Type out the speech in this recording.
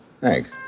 Thanks